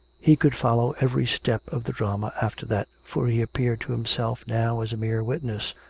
he could follow every step of the drama after that, for he appeared to himself now as a mere witness,